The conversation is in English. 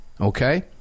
okay